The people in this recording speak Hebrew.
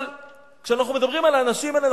אבל כשאנחנו מדברים על האנשים האלה,